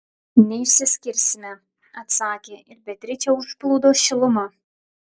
neišsiskirsime atsakė ir beatričę užplūdo šiluma